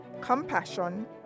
compassion